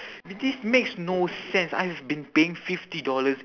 this makes no sense I've been paying fifty dollars